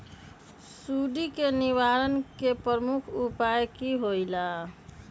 सुडी के निवारण के प्रमुख उपाय कि होइला?